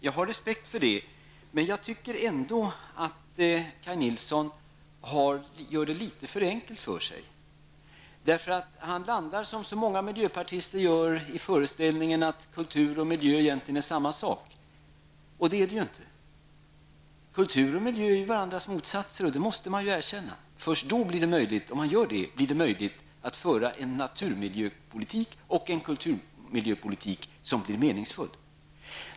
Jag har respekt för det Kaj Nilsson säger, men jag tycker ändå att Kaj Nilsson gör det litet för enkelt för sig. Han landar man, som så många miljöpartister gör, i föreställningen att kultur och miljö egentligen är en och samma sak, och så är det ju inte. Kultur och miljö är varandras motsatser, och det måste vi erkänna. Om vi gör det blir det möjligt att föra en naturmiljöpolitik och en kulturmiljöpolitik som blir meningsfull.